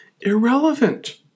irrelevant